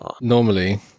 normally